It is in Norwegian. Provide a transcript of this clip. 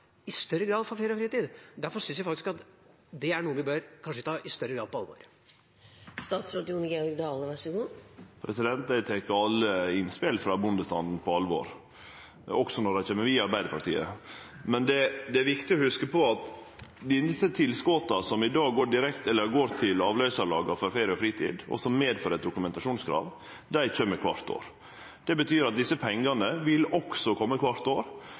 for ferie og fritid. Derfor synes jeg faktisk at det er noe vi kanskje i større grad bør ta på alvor. Eg tek alle innspel frå bondestanden på alvor, også når dei kjem via Arbeidarpartiet. Men det er viktig å hugse på at dei tilskotta som i dag går til avløysarlaga for ferie og fritid, og som medfører eit dokumentasjonskrav, kjem kvart år. Det betyr at desse pengane også vil kome kvart år